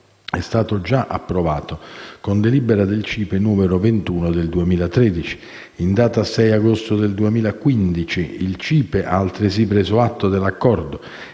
è stato già approvato con delibera del CIPE n. 21 del 2013. In data 6 agosto 2015 il CIPE ha altresì preso atto dell'accordo